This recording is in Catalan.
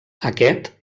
aquest